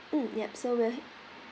mm yup so we're h~